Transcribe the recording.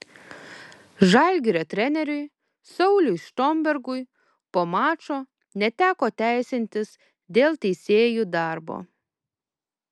žalgirio treneriui sauliui štombergui po mačo neteko teisintis dėl teisėjų darbo